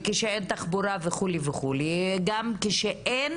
וכשאין תחבורה וכו' וגם כשאין